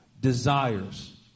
desires